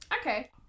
Okay